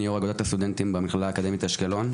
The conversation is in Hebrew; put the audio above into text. אני יושב-ראש אגודת הסטודנטים במכללה האקדמית אשקלון.